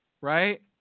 Right